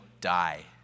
die